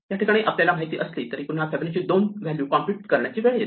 या ठिकाणी आपल्याला माहिती असली तरीही पुन्हा फिबोनाची 2 व्हॅल्यू कॉम्प्युट करण्याची वेळ येते